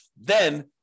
then-